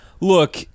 Look